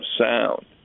sound